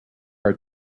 are